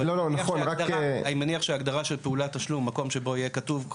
אבל אני מניח שהגדרה של פעולת תשלום; מקום שבו יהיה כתוב,